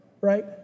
right